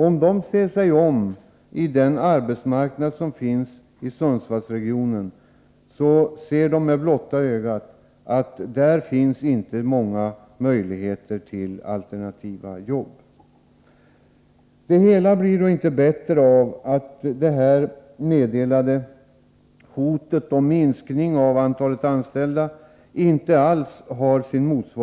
Om de ser sig om på den arbetsmarknad som finns i Sundsvallsregionen, ser de med blotta ögat att där inte finns många möjligheter till alternativa jobb. Det hela blir inte bättre av att detta meddelade hot om minskning av antalet anställda inte alls är grundat